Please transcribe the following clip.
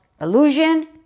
illusion